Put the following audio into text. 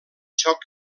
xoc